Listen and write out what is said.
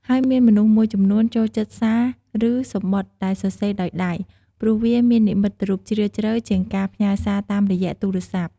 ហើយមានមនុស្សមួយចំនួនចូលចិត្តសារ ឬសំបុត្រដែលសរសេរដោយដៃ ព្រោះវាមាននិមិត្តរូបជ្រាលជ្រៅជាងការផ្ញើរសាតាមរយៈទូរស័ព្ទ។